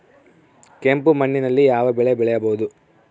ಕೆಂಪು ಮಣ್ಣಿನಲ್ಲಿ ಯಾವ ಬೆಳೆ ಬೆಳೆಯಬಹುದು?